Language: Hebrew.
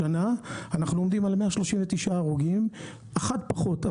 השנה אנחנו עומדים על 139 הרוגים, אחד פחות.